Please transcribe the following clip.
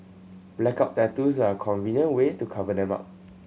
blackout tattoos are a convenient way to cover them up